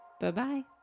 Bye-bye